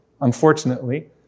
unfortunately